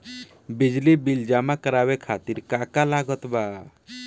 बिजली बिल जमा करावे खातिर का का लागत बा?